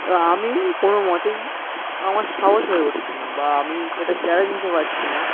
আমি কোনো মতেই আমার সাহস হয়ে পঠছে না বা আমি এটা চ্যালেঞ্জ নিতে পারছি না